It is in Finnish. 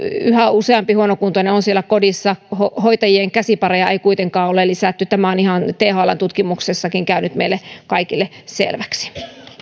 yhä useampi huonokuntoinen on siellä kodissaan hoitajien käsipareja ei kuitenkaan ole lisätty tämä on ihan thln tutkimuksessakin käynyt meille kaikille selväksi